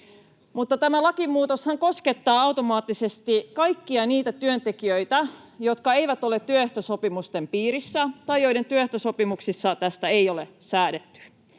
tämä lakimuutoshan koskettaa automaattisesti kaikkia niitä työntekijöitä, jotka eivät ole työehtosopimusten piirissä tai joiden työehtosopimuksissa tästä ei ole säädetty.